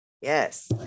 yes